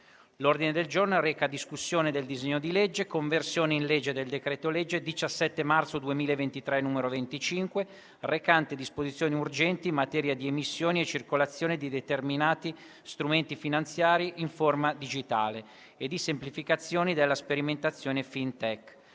esaminare in sede referente il disegno di legge di conversione in legge del decreto-legge 17 marzo 2023, n. 25, recante disposizioni urgenti in materia di emissioni e circolazione di determinati strumenti finanziari in forma digitale e di semplificazione della sperimentazione FinTech.